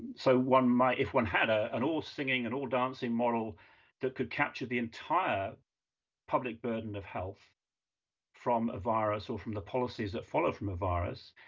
so one might, if one had ah an all singing, an all dancing model that could capture the entire public burden of health from a virus or from the policies that follow from a virus,